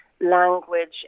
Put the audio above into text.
language